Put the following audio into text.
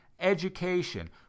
education